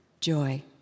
joy